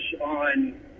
on